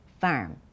firm